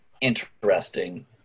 interesting